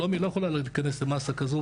שלומי לא יכולה להיכנס למסה כזו,